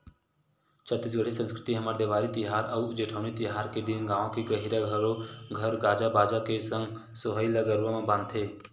छत्तीसगढ़ी संस्कृति हमर देवारी तिहार अउ जेठवनी तिहार के दिन गाँव के गहिरा घरो घर बाजा गाजा के संग सोहई ल गरुवा म बांधथे